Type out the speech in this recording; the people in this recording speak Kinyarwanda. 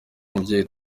umubyeyi